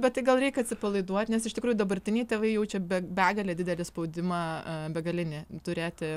bet tai gal reik atsipalaiduot nes iš tikrųjų dabartiniai tėvai jaučia be begalę didelį spaudimą begalinį turėti